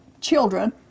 children